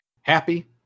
happy